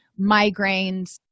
migraines